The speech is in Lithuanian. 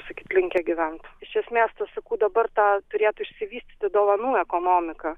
sakyt linkę gyvent iš esmės aš sakau dabar ta turėtų išsivystyti dovanų ekonomika